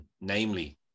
namely